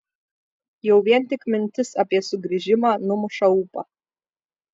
jau vien tik mintis apie sugrįžimą numuša ūpą